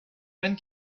then